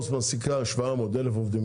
לדוגמה היום שטראוס מעסיקה בין 700-1,000 עובדים,